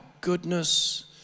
goodness